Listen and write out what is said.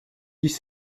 dix